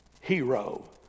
hero